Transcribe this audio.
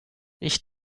ich